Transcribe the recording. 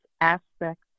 aspects